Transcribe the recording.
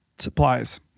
Supplies